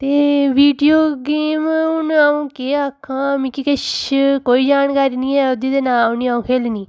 ते video game हून अ'ऊं केह् आक्खां मिगी किश कोई जानकारी नी ऐ ओह्दी ते ना अ'ऊं ओह् खेलनी